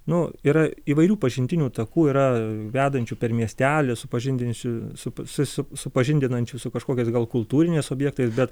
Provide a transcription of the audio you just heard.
nu yra įvairių pažintinių takų yra vedančių per miestelį supažindinsiu su su su supažindinančių su kažkokiais gal kultūriniais objektais bet